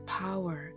power